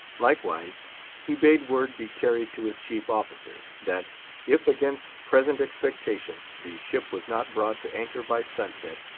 likewise he bade word be carried to his chief officer, that if, against present expectation, the ship was not brought to anchor by sunset,